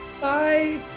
Bye